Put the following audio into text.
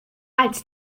als